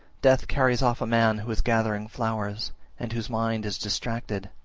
death carries off a man who is gathering flowers and whose mind is distracted,